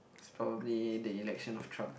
it's probably the election of Trump